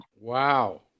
Wow